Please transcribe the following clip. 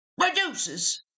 produces